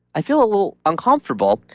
i feel a little uncomfortable.